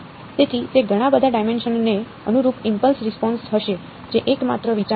તેથી તે ઘણા બધા ડાયમેન્શનને અનુરૂપ ઇમ્પલ્સ રિસ્પોન્સ હશે જે એકમાત્ર વિચાર છે